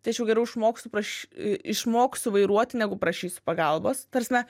tai aš jau geriau išmoksiu praš e išmoksiu vairuoti negu prašysiu pagalbos ta prasme